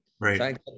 Right